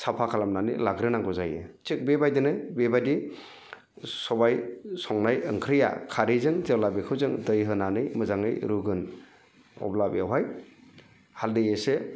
साफा खालामनानै लाग्रोनांगौ जायो थिग बेबायदिनो बेबायदि सबाइ संनाय ओंख्रिया खारैजों जेब्ला बेखौ जों दै होनानै मोजाङै रुगोन अब्ला बेवहाय हालदै एसे